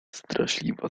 straszliwa